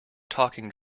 talking